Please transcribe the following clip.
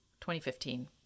2015